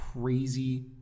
crazy